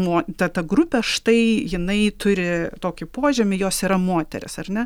mo ta ta grupė štai jinai turi tokį požymį jos yra moterys ar ne